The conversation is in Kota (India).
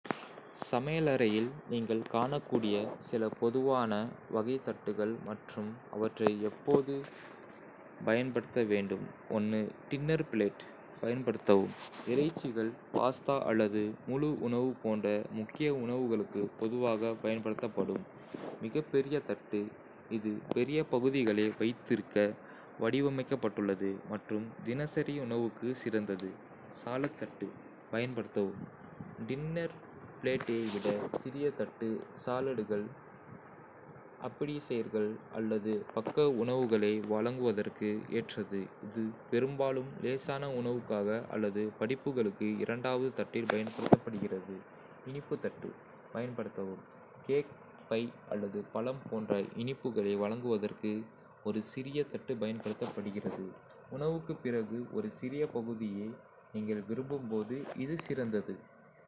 சமையலறையில் நீங்கள் காணக்கூடிய சில பொதுவான வகை தட்டுகள் மற்றும் அவற்றை எப்போது பயன்படுத்த வேண்டும் டின்னர் பிளேட். பயன்படுத்தவும்: இறைச்சிகள், பாஸ்தா அல்லது முழு உணவு போன்ற முக்கிய உணவுகளுக்கு பொதுவாகப் பயன்படுத்தப்படும் மிகப்பெரிய தட்டு. இது பெரிய பகுதிகளை வைத்திருக்க வடிவமைக்கப்பட்டுள்ளது மற்றும் தினசரி உணவுக்கு சிறந்தது. சாலட் தட்டு. பயன்படுத்தவும் டின்னர் பிளேட்டை விட சிறிய தட்டு, சாலடுகள், அப்பிடைசர்கள் அல்லது பக்க உணவுகளை வழங்குவதற்கு ஏற்றது. இது பெரும்பாலும் லேசான உணவுக்காக அல்லது படிப்புகளுக்கு இரண்டாவது தட்டில் பயன்படுத்தப்படுகிறது. இனிப்பு தட்டு. பயன்படுத்தவும் கேக், பை அல்லது பழம் போன்ற இனிப்புகளை வழங்குவதற்கு ஒரு சிறிய தட்டு பயன்படுத்தப்படுகிறது. உணவுக்குப் பிறகு ஒரு சிறிய பகுதியை நீங்கள் விரும்பும் போது இது சிறந்தது.